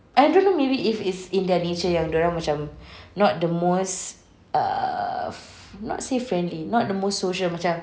I don't know maybe if it's in their nature yang dorang not the most err f~ not say friendly not the most social macam